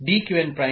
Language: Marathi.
Qn D